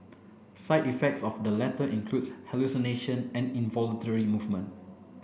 side effects of the latter include hallucinations and involuntary movements